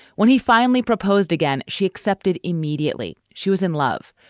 when he finally proposed again, she accepted immediately. she was in love,